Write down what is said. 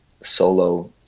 solo